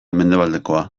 mendebaldekoa